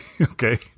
okay